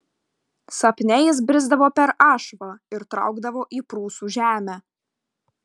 sapne jis brisdavo per ašvą ir traukdavo į prūsų žemę